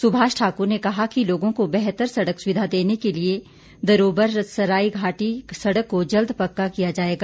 सुभाष ठाकुर ने कहा कि लोगों को बेहतर सड़क सुविधा देने के लिए दरोबर सराई घाटी सड़क को जल्द पक्का किया जाएगा